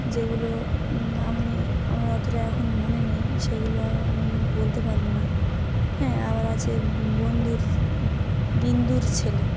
যেগুলো আমি আমার অতটা এখন মনে নেই সেগুলো আমি বলতে পারবো না হ্যাঁ আবার আছে বন্ধুর বিন্দুর ছেলে